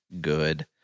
good